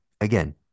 again